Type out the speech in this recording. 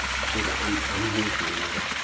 shit, um i'm here for you, man.